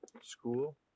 School